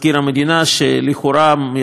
מה שלכאורה יוצא מהנאום,